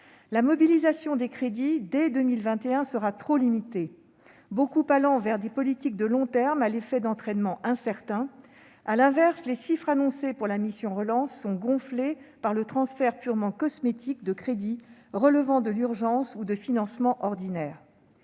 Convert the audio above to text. La mobilisation des crédits dès 2021 sera trop limitée, une partie importante d'entre eux allant vers des politiques de long terme, à l'effet d'entraînement incertain. À l'inverse, les chiffres annoncés pour la mission « Plan de relance » sont gonflés par le transfert purement cosmétique de crédits relevant du plan d'urgence ou de financements ordinaires.